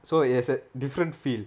so it has a different feel